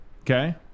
Okay